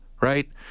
right